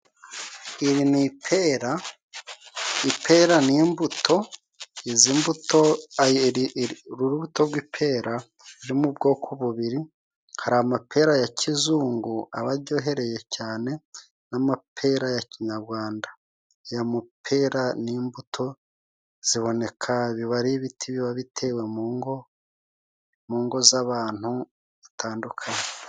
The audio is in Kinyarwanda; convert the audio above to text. Iri ni ipera, ipera ni imbuto, izi mbuto, uru rubuto rw'ipera ruri mu bwoko bubiri, hari amapera ya kizungu aba ajyohereye cyane n'amapera ya kinyagwanda. Aya mapera ni imbuto ziboneka, biba ari ibiti biba bitewe mu ngo, mu ngo z'abantu zitandukanye.